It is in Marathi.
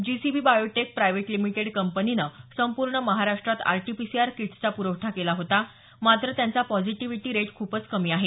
जीसीबी बायोटेक प्रायवेट लिमिटेड कपंनीने संपूर्ण महाराष्ट्रात आरटीपीसीआर किट्सचा प्रवठा होता मात्र त्यांचा पॉझिटीव्हीटी रेट खूपच कमी आहे